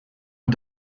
aux